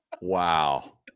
wow